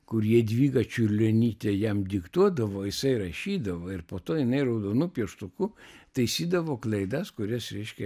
kur jadvyga čiurlionytė jam diktuodavo jisai rašydavo ir po to jinai raudonu pieštuku taisydavo klaidas kurias reiškia